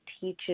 teaches